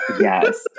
Yes